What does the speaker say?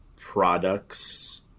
products